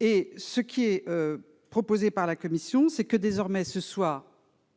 Et ce qui est proposé par la commission c'est que désormais ce soir